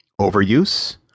overuse